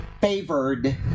favored